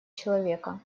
человека